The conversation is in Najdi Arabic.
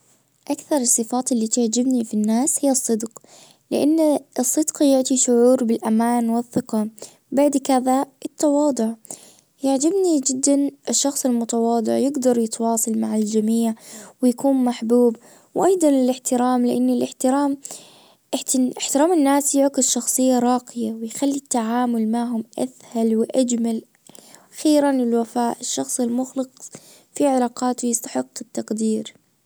اكثر الصفات اللي تعجبني في الناس هي الصدق لان الصدق يعطي شعور بالامان والثقة. بعد كذا التواضع. يعجبني جدا الشخص المتواضع يجدر يتواصل مع الجميع ويكون محبوب. وايضا الاحترام لان الاحترام احترام الناس يعكس شخصية راقية ويخلي التعامل معهم اسهل واجمل أخيرًا الوفاء الشخص المخلص في علاقاته يستحق التقدير